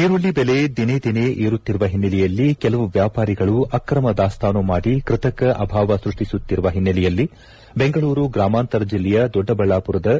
ಈರುಳ್ಳಿ ಬೆಲೆ ದಿನೇ ದಿನೇ ಏರುತ್ತಿರುವ ಹಿನ್ನಲೆಯಲ್ಲಿ ಕೆಲವು ವ್ಯಾಪಾರಿಗಳು ಅಕ್ರಮ ದಾಸ್ತಾನು ಮಾಡಿ ಕೃತಕ ಅಭಾವ ಸ್ಯಸ್ಸಿಸುತ್ತಿರುವ ಹಿನ್ನಲೆಯಲ್ಲಿ ಬೆಂಗಳೂರು ಗ್ರಾಮಾಂತರ ಜಿಲ್ಲೆಯ ದೊಡ್ಡಬಳ್ಳಾಮರದ